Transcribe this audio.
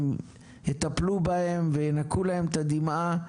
הן יטפלו בהן וינקו להם את הדמעה.